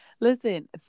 Listen